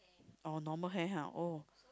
oh normal hair !huh! oh